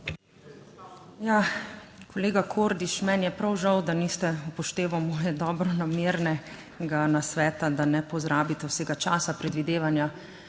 kolega Kordiš, meni je prav žal, da niste upoštevali moje dobronamernega nasveta, da ne porabite vsega časa. Predvidevanja